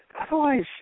otherwise